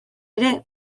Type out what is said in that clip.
ere